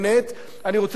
אני רוצה שהיא תהיה פתוחה,